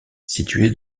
située